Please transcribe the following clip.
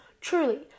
Truly